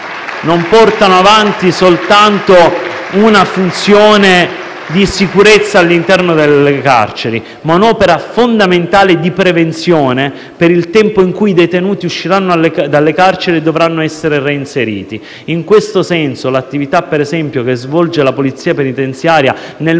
che portano avanti non soltanto una funzione di sicurezza all'interno delle carceri, ma anche un'opera fondamentale di prevenzione per il tempo in cui i detenuti usciranno dalle carceri e dovranno essere reinseriti nella società. In questo senso l'attività che svolge la Polizia penitenziaria nel